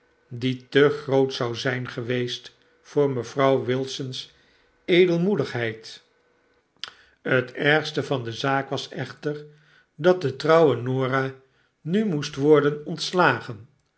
die te groot zou zgn geweest voor mevrouw wilson's edelmoedigheid het ergste van de zaak was echter dat de trouwe norah nu moest worden ontslagen